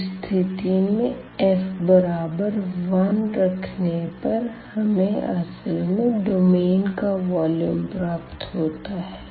इस स्थिति में f बराबर 1 रखने पर हमें असल में डोमेन का वॉल्यूम प्राप्त होता है